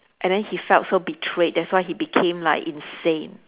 and then he felt so betrayed that's why he became like insane